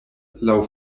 laŭ